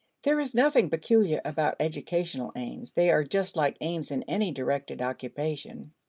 there is nothing peculiar about educational aims. they are just like aims in any directed occupation.